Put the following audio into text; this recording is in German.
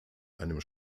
einem